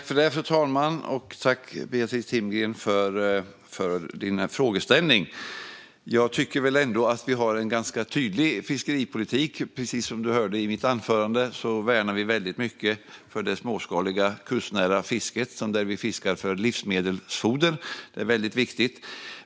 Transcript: Fru talman! Tack, Beatrice Timgren, för frågeställningen! Jag tycker väl ändå att vi har en ganska tydlig fiskeripolitik. Precis som du hörde i mitt anförande värnar vi det småskaliga, kustnära fisket väldigt mycket. Där fiskar man för livsmedel och mat; det är viktigt.